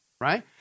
right